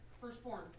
firstborn